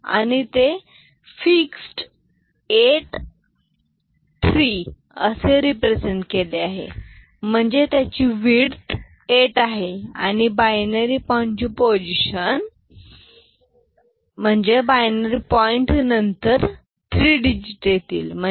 अणि ते फिक्स्ड 83 असे रिप्रेसेंट केले आहे म्हणजे त्याची विडथ 8 आहे आणि बायनरी पॉईंट ची पोझिशन बायनरी पॉईंट नंतर 3 डिजिट असतील म्हणजे